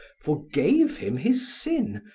forgave him his sin,